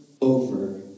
over